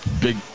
big